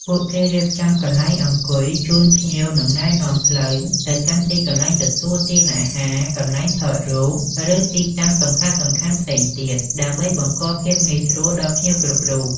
ពួកគេរៀបចំ កន្លែងអង្គុយ ជូនភ្ញៀវ និង ណែនាំផ្លូវ ទៅកាន់ទីកន្លែងទទួលទានអាហារ កន្លែងថតរូប ឬទីតាំងសំខាន់ៗផ្សេងទៀត ដើម្បីបង្កភាពងាយស្រួលដល់ភ្ញៀវគ្រប់រូប។